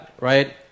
right